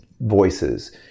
voices